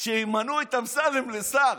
שימנו את אמסלם לשר.